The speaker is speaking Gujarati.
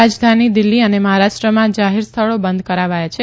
રાજધાની દિલ્હી અને મહારાષ્ટ્રમાં જાહેર સ્થળી બંધ કરાવાયા છે